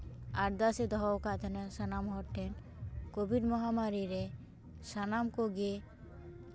ᱟᱨᱫᱟᱥ ᱮ ᱫᱚᱦᱚ ᱟᱠᱟᱫ ᱛᱟᱦᱮᱸᱱᱟ ᱥᱟᱱᱟᱢ ᱦᱚᱲ ᱴᱷᱮᱱ ᱠᱳᱵᱷᱤᱰ ᱢᱚᱦᱟᱢᱟᱨᱤ ᱨᱮ ᱥᱟᱱᱟᱢ ᱠᱚᱜᱮ